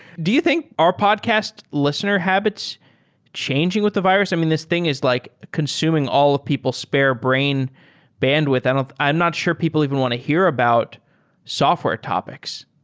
do you think are podcast listener habits changing with the virus? i mean, this thing is like consuming all of people's spare brain bandwidth. and i'm not sure people even want to hear about software topics.